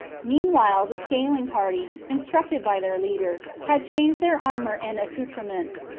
meanwhile the scaling party, instructed by their leader, had changed their armour and accoutrements,